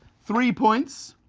three points,